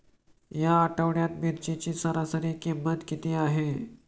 या आठवड्यात मिरचीची सरासरी किंमत किती आहे?